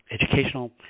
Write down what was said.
educational